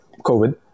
COVID